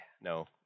No